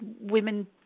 women